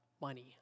money